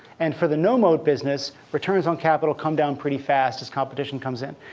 and for the no-moat business, returns on capital come down pretty fast as competition comes in.